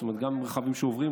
זאת אומרת רכבים שעוברים,